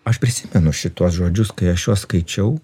aš prisimenu šituos žodžius kai aš juos skaičiau